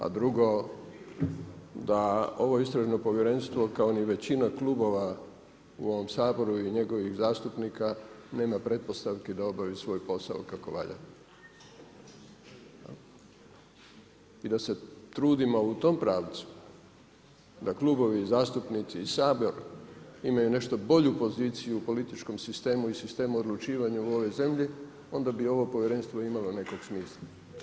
A drugo, da ovo Istražno povjerenstvo kao ni većina klubova u ovom Saboru i njegovih zastupnika nema pretpostavki da obavi svoj posao kako valja i da se trudimo u tom pravcu da klubovi, zastupnici i Sabor imaju nešto bolju poziciju u političkom sistemu i sistemu odlučivanja u ovoj zemlji onda bi ovo Povjerenstvo imalo nekog smisla.